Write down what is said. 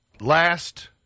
Last